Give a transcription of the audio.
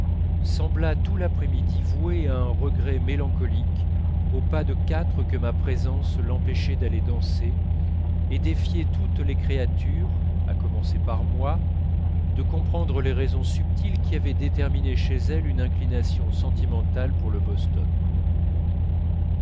sembla tout l'après-midi vouer un regret mélancolique au pas de quatre que ma présence l'empêchait d'aller danser et défier toutes les créatures à commencer par moi de comprendre les raisons subtiles qui avaient déterminé chez elle une inclination sentimentale pour le boston